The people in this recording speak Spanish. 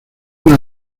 una